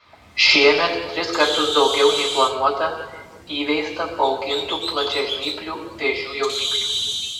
šiemet tris kartus daugiau nei planuota įveista paaugintų plačiažnyplių vėžių jauniklių